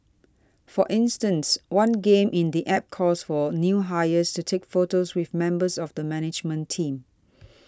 for instance one game in the App calls for new hires to take photos with members of the management team